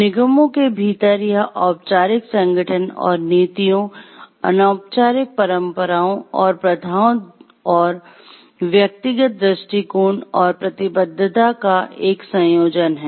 निगमों के भीतर यह औपचारिक संगठन और नीतियों अनौपचारिक परंपराओं और प्रथाओं और व्यक्तिगत दृष्टिकोण और प्रतिबद्धता का एक संयोजन है